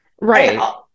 Right